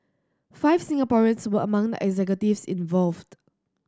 five Singaporeans were among the executives involved